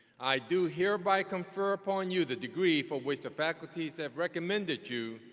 i do hereby confer upon you the degree for which the faculties have recommended you,